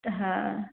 तो हाँ